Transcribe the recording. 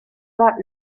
pas